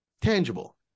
Tangible